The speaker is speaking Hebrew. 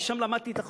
משם למדתי את החוק.